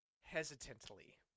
Hesitantly